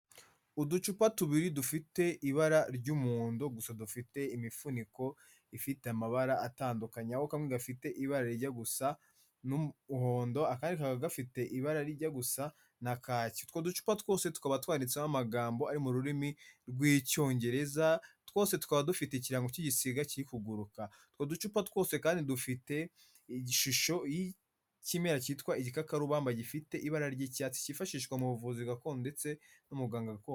Uducupa tubiri dufite ibara ry'umuhondo, gusa dufite imifuniko ifite amabara atandukanye, aho kamwe gafite ibara rijya gusa n'umuhondo, akandi kakaba gafite ibara rijya gusa na kaki. Utwo ducupa twose tukaba twanditseho amagambo ari mu rurimi rw'icyongereza, twose tukaba dufite ikirango cy'igisiga kiri kuguruka. Utwo ducupa twose kandi dufite igishusho y'ikimera cyitwa igikakarubamba gifite ibara ry'icyatsi, cyifashishwa mu buvuzi gakondo ndetse n'umuganga gakondo.